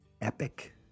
epic